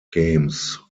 games